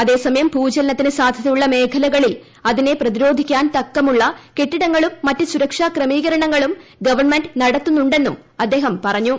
അതേസമയം ഭൂചലനത്തിന് സാധ്യതയുള്ള മേഖലകളിൽ അതിനെ പ്രതിരോധിക്കാൻ തക്കമുള്ള കെട്ടിടങ്ങളും മറ്റ് സുരക്ഷാ ക്രമീകരണങ്ങളും ഗവൺമെന്റ് നടത്തുന്നുണ്ടെന്നും അദ്ദേഹം പറഞ്ഞു